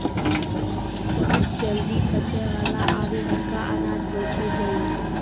बहुत जल्दी पचै वाला आरो हल्का अनाज होय छै जई